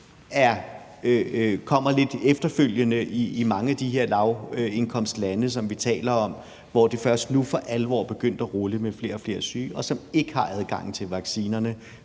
kommer lidt efterfølgende i mange af de her lavindkomstlande, som vi taler om, hvor det først nu for alvor er begyndt at rulle med flere og flere syge, og hvor der ikke er adgang til vaccinerne.